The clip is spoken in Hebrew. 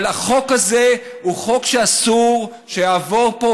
אבל החוק הזה הוא חוק שאסור שיעבור פה,